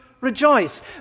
rejoice